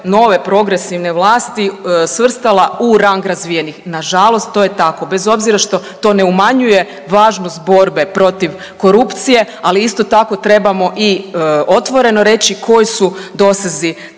nove progresivne vlasti svrstala u rang razvijenih. Nažalost to je tako, bez obzira što to ne umanjuje važnost borbe protiv korupcije, ali isto tako, trebamo i otvoreno reći koji su dosezi